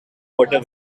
water